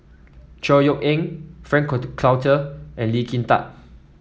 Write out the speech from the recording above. Chor Yeok Eng Frank Cloutier and Lee Kin Tat